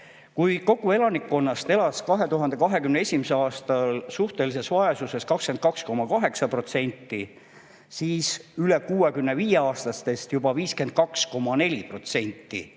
Kui kogu elanikkonnast elas 2021. aastal suhtelises vaesuses 22,8%, siis üle 65-aastastest juba 52,4%